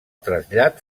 trasllat